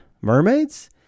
mermaids